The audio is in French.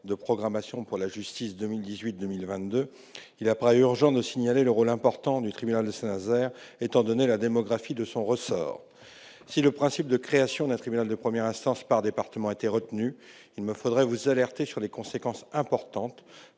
de programmation pour la justice 2018-2022, il apparaît urgent de signaler le rôle important du tribunal de Saint-Nazaire, étant donné la démographie de son ressort. Si le principe de création d'un tribunal de première instance par département était retenu, il me faudrait vous alerter, madame la garde des sceaux,